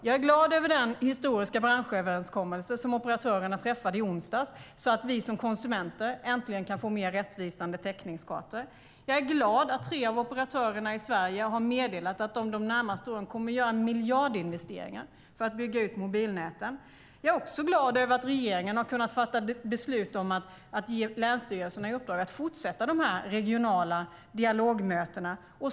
Jag är glad över den historiska branschöverenskommelse som operatörerna träffade i onsdags så att vi som konsumenter äntligen kan få mer rättvisande täckningskartor. Jag är glad över att tre av operatörerna i Sverige har meddelat att de under de närmaste åren kommer att göra miljardinvesteringar för att bygga ut mobilnäten. Jag är också glad över att regeringen har kunnat fatta beslut om att ge länsstyrelserna i uppdrag att fortsätta de regionala dialogmötena.